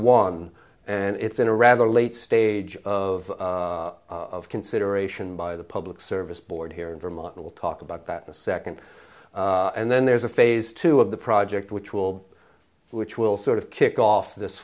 one and it's in a rather late stage of of consideration by the public service board here in vermont will talk about that a second and then there's a phase two of the project which will which will sort of kick off this